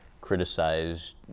criticized